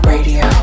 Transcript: Radio